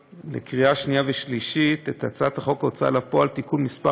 לקריאה שנייה ושלישית את הצעת חוק ההוצאה לפועל (תיקון מס'